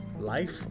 life